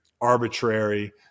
arbitrary